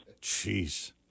Jeez